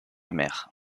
mère